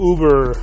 Uber